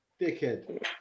Dickhead